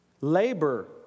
Labor